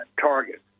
target